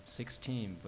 sixteen